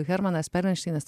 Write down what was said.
hermanas perelšteinas